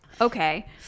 Okay